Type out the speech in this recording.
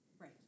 Right